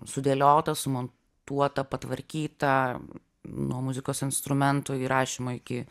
sudėliota sumontuota patvarkyta nuo muzikos instrumentų įrašymo iki